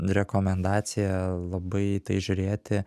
rekomendacija labai į tai žiūrėti